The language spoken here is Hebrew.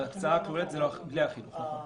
ההצעה הכוללת זה בלי החינוך, נכון.